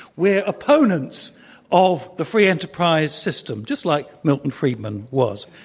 we're opponents of the free enterprise system just like milton friedman was.